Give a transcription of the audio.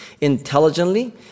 intelligently